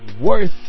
Worth